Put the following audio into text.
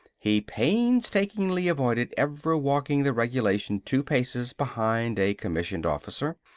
he painstakingly avoided ever walking the regulation two paces behind a commissioned officer.